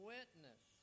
Witness